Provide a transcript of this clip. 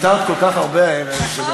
ויתרת כל כך הרבה הערב, נכון?